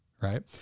right